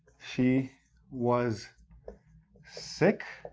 she was sick